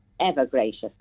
ever-gracious